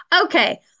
Okay